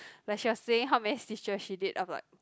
like she was saying how many stitches she did I'm like